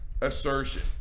assertion